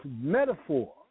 metaphor